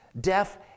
deaf